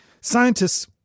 Scientists